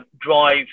drive